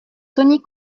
tony